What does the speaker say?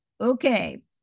okay